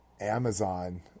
Amazon